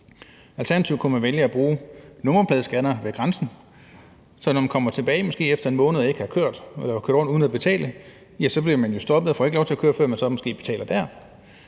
Alternativt kunne man vælge at bruge nummerpladescannere ved grænsen, sådan at man, når man kommer tilbage efter en måned og har kørt rundt uden at betale, bliver stoppet og ikke får lov til at køre, før man så betaler dér.